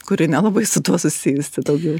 kuri nelabai su tuo susijusi daugiau